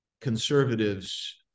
conservatives